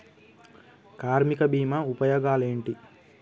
కార్మిక బీమా ఉపయోగాలేంటి?